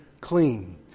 clean